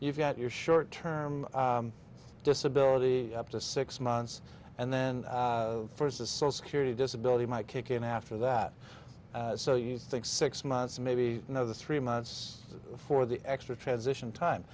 you've got your short term disability up to six months and then the first is so security disability might kick in after that so you think six months maybe another three months for the extra transition time